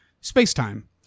space-time